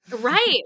Right